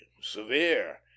severe